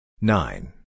Nine